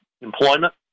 employment